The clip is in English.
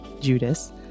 Judas